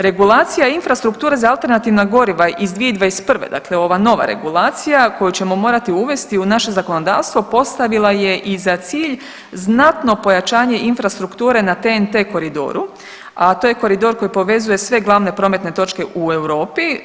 Regulacija infrastrukture za alternativna goriva iz 2021., dakle ova nova regulacija koju ćemo morati uvesti u naše zakonodavstvo postavila je i za cilj znatno pojačanje infrastrukture na TNT koridoru, a to je koridor koji povezuje sve glavne prometne točke u Europi.